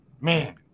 Man